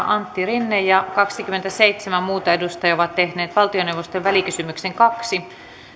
antti rinne ja kaksikymmentäseitsemän muuta edustajaa ovat tehneet valtioneuvostolle välikysymyksen kaksi